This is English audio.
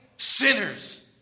Sinners